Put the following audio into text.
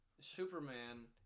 Superman